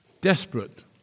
Desperate